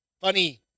Funny